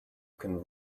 can